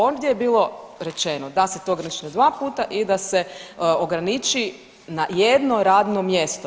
Ondje je bilo rečeno da se to ograniči na dva puta i da se ograniči na jedno radno mjesto.